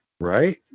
right